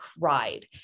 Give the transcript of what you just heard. cried